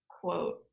quote